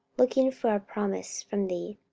looking for a promise from thee.